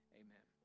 amen